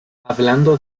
hablando